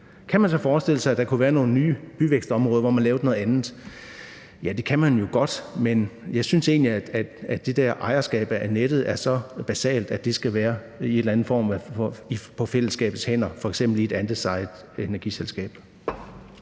Kan man så forestille sig, at der kunne være nogle nye byvækstområder, hvor man lavede noget andet? Det kan man jo godt, men jeg synes egentlig, at det der ejerskab af nettet er så basalt, at det i en eller anden form skal være på fællesskabets hænder, f.eks. i et andelsejet energiselskab.